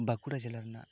ᱵᱟᱸᱠᱩᱲᱟ ᱡᱮᱞᱟ ᱨᱮᱱᱟᱜ